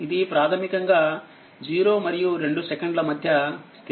ఇది ప్రాథమికంగా 0 మరియు2 సెకండ్ల మధ్య స్థిరంగా ఉంటుంది